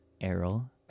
Errol